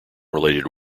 related